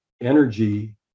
energy